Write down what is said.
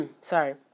sorry